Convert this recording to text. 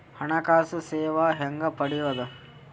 ಹಣಕಾಸು ಸೇವಾ ಹೆಂಗ ಪಡಿಯೊದ?